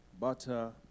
butter